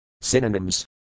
Synonyms